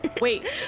Wait